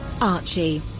Archie